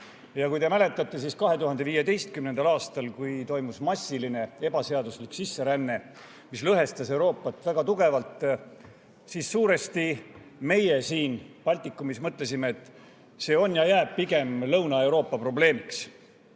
Kui te mäletate, siis 2015. aastal, kui toimus massiline ebaseaduslik sisseränne, mis lõhestas Euroopat väga tugevalt, mõtlesime meie siin Baltikumis suuresti, et see on ja jääb pigem Lõuna-Euroopa probleemiks,